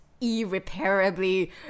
irreparably